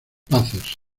pacers